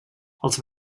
els